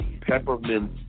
peppermint